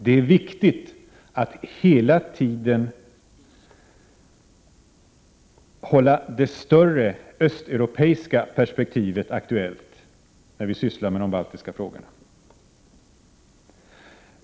Det är viktigt att vi hela tiden håller det större östeuropeiska perspektivet aktuellt när vi sysslar med de baltiska frågorna.